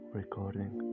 recording